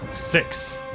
Six